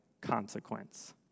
consequence